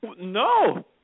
No